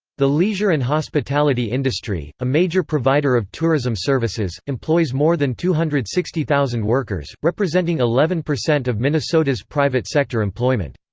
the leisure and hospitality industry a major provider of tourism services employs more than two hundred and sixty thousand workers, representing eleven percent of minnesota's private sector employment.